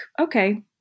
okay